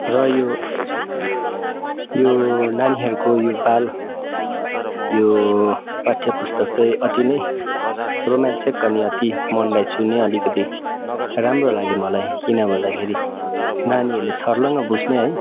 र यो यो नानीहरूको यो बाल यो पा्ठय पुस्तक चाहिँ अति नै रोमाञ्चित अनि अति मनलाई छुने अलिकति राम्रो लाग्यो मलाई किन भन्दाखेरि नानीहरूले छर्लङ्ग बुज्ने है